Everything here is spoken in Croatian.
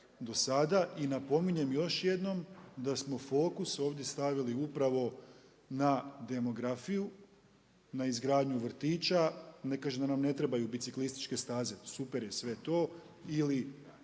do sada. I napominjem još jednom, da smo fokus ovdje stavili upravo na demografiju, na izgradnju vrtića. Ne kažem da nam ne trebaju biciklističke staze, super je sve to ili